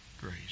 grace